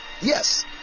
Yes